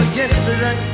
yesterday